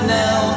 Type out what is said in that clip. now